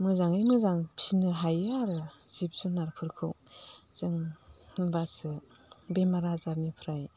मोजाङै मोजां फिनो हायो आरो जिब जुनारफोरखौ जों होमब्लासो बेमार आजारनिफ्राय